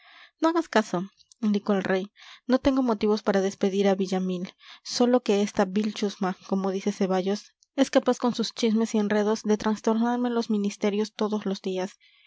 no hagas caso indicó el rey no tengo motivos para despedir a villamil sólo que esta vil chusma como dice ceballos es capaz con sus chismes y enredos de trastornarme los ministerios todos los días